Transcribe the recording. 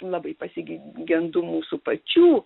labai pasig gendu mūsų pačių